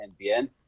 NBN